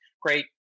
great